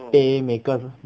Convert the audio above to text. pay 每个